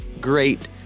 Great